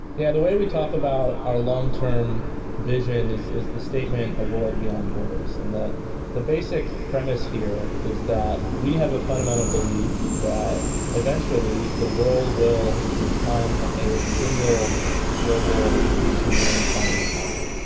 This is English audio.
yeah. the way we talk about our long-term vision is is the statement a world beyond borders. and the the basic premise here is that we have a fundamental belief that eventually the world will become a single global consumer finance market.